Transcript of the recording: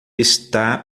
está